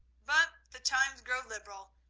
but the times grow liberal,